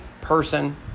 person